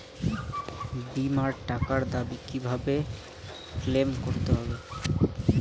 বিমার টাকার দাবি কিভাবে ক্লেইম করতে হয়?